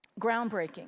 groundbreaking